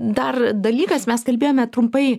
dar dalykas mes kalbėjome trumpai